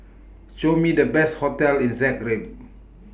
Show Me The Best hotels in Zagreb